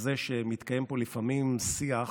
זה שמתקיים פה לפעמים שיח